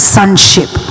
sonship